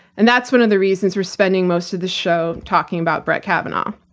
and that's one of the reasons we're spending most of the show talking about brett kavanaugh.